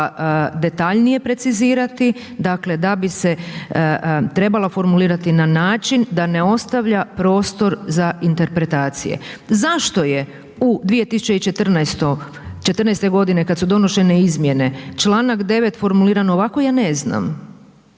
detaljnije precizirati, dakle da bi se trebala formulirati na način da ne ostavlja prostor za interpretacije. Zašto je u 2014. g. kad su donošene izmjene, članak 9. formuliran ovako, ja ne znam,